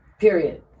Period